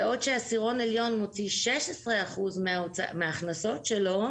בעוד שעשירון עליון מוציא 16% מההכנסות שלו,